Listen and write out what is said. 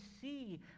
see